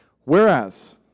Whereas